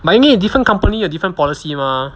but different company 有 different policy mah